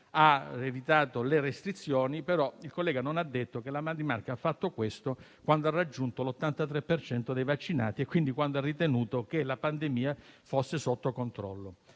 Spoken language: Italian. ha evitato le restrizioni, però il collega non ha detto che quel Paese ha fatto questo quando ha raggiunto l'83 per cento dei vaccinati, quindi quando ha ritenuto che la pandemia fosse sotto controllo.